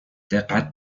دقت